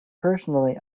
personally